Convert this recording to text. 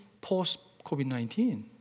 post-COVID-19